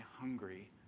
hungry